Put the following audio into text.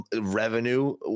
revenue